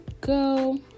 go